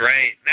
Right